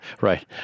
Right